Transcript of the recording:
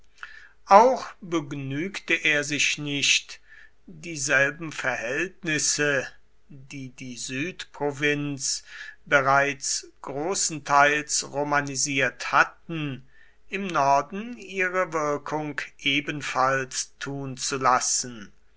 auch begnügte er sich nicht dieselben verhältnisse die die südprovinz bereits großenteils romanisiert hatten im norden ihre wirkung ebenfalls tun zu lassen